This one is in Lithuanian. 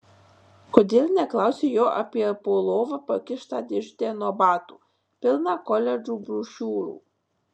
kodėl neklausi jo apie po lova pakištą dėžutę nuo batų pilną koledžų brošiūrų